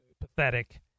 pathetic